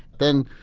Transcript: then,